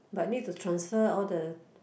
but need to transfer all the